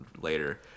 later